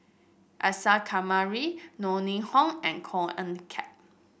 Isa Kamari Yeo Ning Hong and Koh Eng Kian